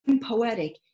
poetic